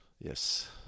yes